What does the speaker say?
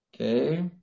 Okay